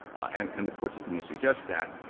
and and the court's opinion suggests that,